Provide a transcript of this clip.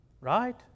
Right